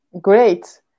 Great